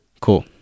Cool